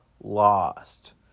lost